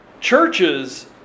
Churches